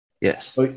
Yes